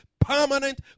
permanent